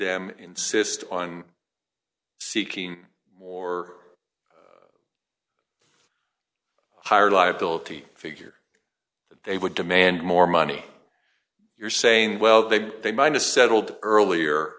them insist on seeking or higher liability figure they would demand more money you're saying well they they might as settled earlier